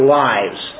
lives